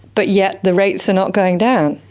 but yet the rates are not going down.